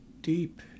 deep